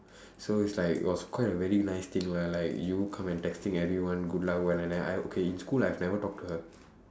so it's like it was quite a very nice thing lah like you come and texting everyone good luck well and then I okay in school I've never talked to her